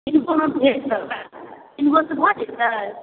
तीन गो हम भेजि देबै तीन गोसँ भऽ जेतै